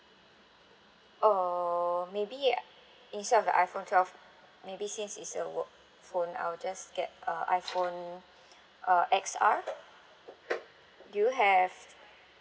err maybe instead of the iphone twelve maybe since it's a work phone I'll just get uh iphone uh X R do you have